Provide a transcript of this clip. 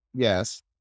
Yes